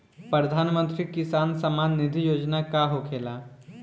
प्रधानमंत्री किसान सम्मान निधि योजना का होखेला?